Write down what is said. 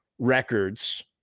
records